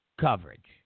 coverage